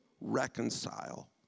reconcile